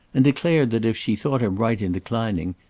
and declared that if she thought him right in declining,